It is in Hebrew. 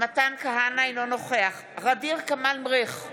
אינו נוכח ע'דיר כמאל מריח,